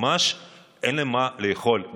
ממש אין להם מה לאכול,